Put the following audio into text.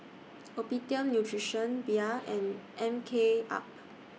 Optimum Nutrition Bia and M K up